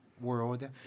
world